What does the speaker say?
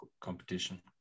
competition